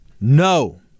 No